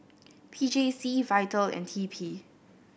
P J C Vital and T P